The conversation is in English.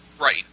Right